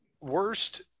worst